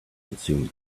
consume